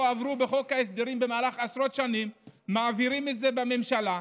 עברו בחוק ההסדרים במהלך עשרות שנים ומעבירים את זה בממשלה.